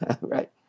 right